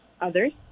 others